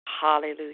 Hallelujah